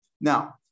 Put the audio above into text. now